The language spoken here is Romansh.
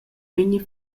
vegni